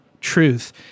truth